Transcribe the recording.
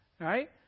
Right